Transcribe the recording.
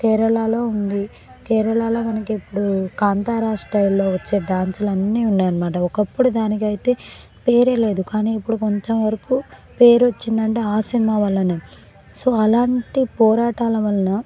కేరళాలో ఉంది కేరళాలో మనకి ఇప్పుడూ కాంతారా స్టైల్లో వచ్చే డాన్సులు అన్నీ ఉన్నాయన్నమాట ఒకప్పుడు దానికి అయితే పేరే లేదు కానీ ఇప్పుడు కొంచెం వరకూ పేరు వచ్చిందంటే ఆ సినిమా వల్లనే సో అలాంటి పోరాటాల వలన